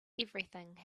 everything